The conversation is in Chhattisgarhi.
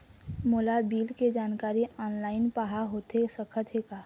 मोला बिल के जानकारी ऑनलाइन पाहां होथे सकत हे का?